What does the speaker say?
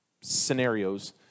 scenarios